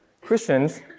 Christians